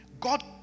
God